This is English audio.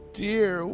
dear